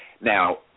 Now